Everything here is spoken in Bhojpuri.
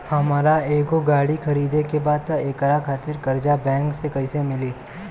हमरा एगो गाड़ी खरीदे के बा त एकरा खातिर कर्जा बैंक से कईसे मिली?